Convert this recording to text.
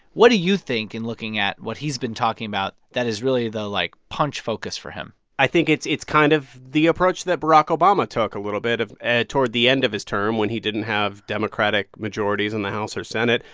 what do you think, in looking at what he's been talking about, that is really the, like, punch focus for him? i think it's it's kind of the approach that barack obama took a little bit toward the end of his term, when he didn't have democratic majorities in the house or senate,